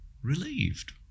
relieved